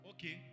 Okay